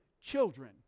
children